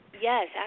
Yes